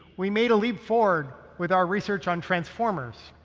we made a leap forward with our research on transformers,